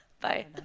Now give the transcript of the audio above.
bye